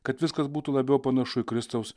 kad viskas būtų labiau panašu į kristaus